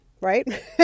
right